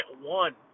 one